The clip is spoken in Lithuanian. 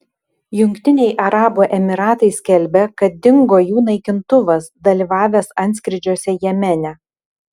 jungtiniai arabų emyratai skelbia kad dingo jų naikintuvas dalyvavęs antskrydžiuose jemene